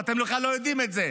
ואתם בכלל לא יודעים את זה.